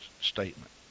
statement